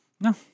no